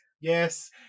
yes